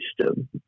system